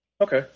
Okay